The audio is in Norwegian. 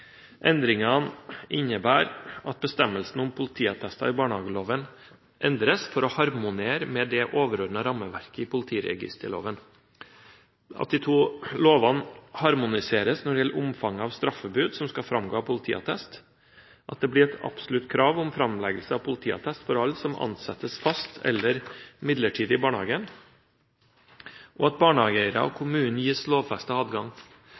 Endringene innebærer at barnehagelovens bestemmelse om politiattest harmonerer med det overordnede rammeverket i politiregisterloven, at de to lovene harmoniseres når det gjelder omfanget av straffebud som skal framgå av politiattest, at det blir et absolutt krav om framleggelse av politiattest for alle som ansettes fast eller midlertidig i barnehagen, og at barnehageeiere og kommunene gis lovfestet adgang